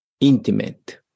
intimate